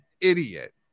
idiot